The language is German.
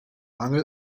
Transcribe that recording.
mangel